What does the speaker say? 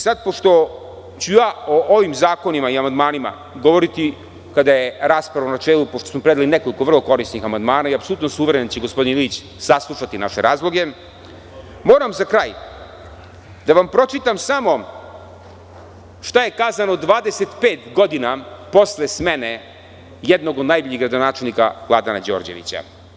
Sada, pošto ću o ovim zakonima i amandmanima govoriti kada je rasprava u načelu, pošto smo predali neko vrlo korisnih amandmana i apsolutno sam uveren da će gospodin Ilić saslušati naše razloge, moram za kraj da vam pročitam samo šta je kazano 25 godina posle smene jednog od najboljih gradonačelnika Vladana Đorđevića.